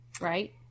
Right